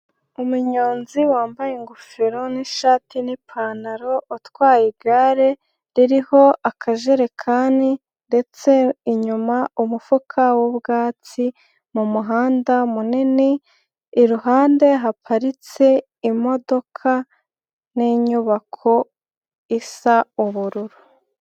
Umunyonzi wambaye ingofero n'ishati n'ipantaro utwaye igare, ririho akajerekani, ndetse inyuma umufuka w'ubwatsi, mu muhanda munini, iruhande haparitse imodoka, n'inyubako isa ubururu.